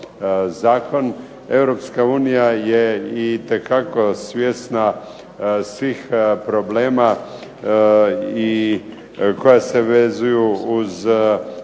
zakon EU je itekako svjesna svih problema i koja se vezuju uz